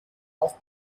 auch